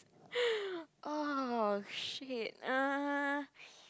oh shit uh